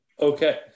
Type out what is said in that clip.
Okay